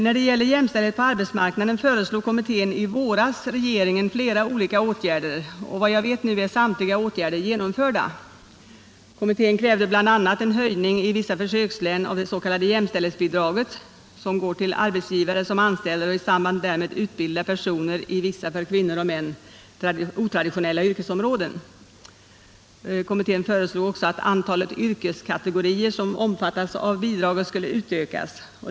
När det gäller jämställdhet på arbetsmarknaden föreslog kommittén i våras regeringen flera olika åtgärder, och såvitt jag vet är nu samtliga åtgärder genomförda. Kommittén krävde bl.a. en höjning i vissa försökslän av det s.k. jämställdhetsbidraget, som går till arbetsgivare som anställer och i samband därmed utbildar personer i vissa för kvinnor eller män otraditionella yrkesområden. Kommittén föreslog också att antalet yrkeskategorier som omfattas av bidrag skulle utökas.